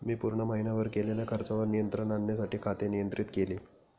मी पूर्ण महीनाभर केलेल्या खर्चावर नियंत्रण आणण्यासाठी खाते नियंत्रित केले